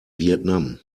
vietnam